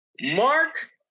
Mark